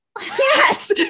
Yes